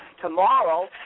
Tomorrow